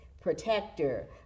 protector